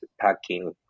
packing